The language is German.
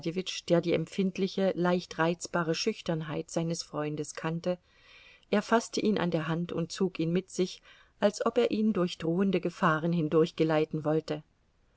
der die empfindliche leicht reizbare schüchternheit seines freundes kannte er faßte ihn an der hand und zog ihn mit sich als ob er ihn durch drohende gefahren hindurchgeleiten wollte